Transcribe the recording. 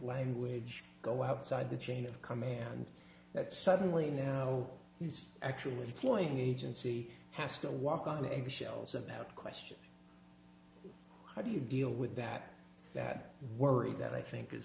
language go outside the chain of command that suddenly now he's actually pointing agency has to walk on eggshells about question how do you deal with that that worry that i think is